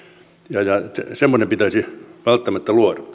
ja ja semmoinen pitäisi välttämättä luoda